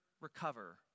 recover